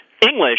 English